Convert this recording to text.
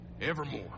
evermore